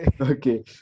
Okay